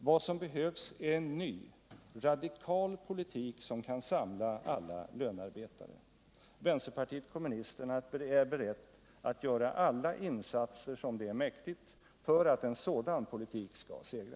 Vad som behövs är en ny, radikal politik som kan samla alla lönarbetare. Vpk är berett att göra alla insatser som det är mäktigt för att en sådan politik skall segra.